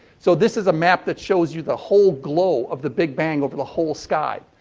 so this is a map that shows you the whole globe of the big bang over the whole sky.